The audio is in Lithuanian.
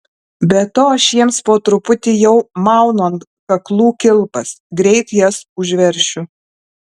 be to aš jiems po truputį jau maunu ant kaklų kilpas greit jas užveršiu